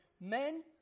Men